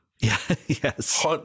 Yes